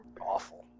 Awful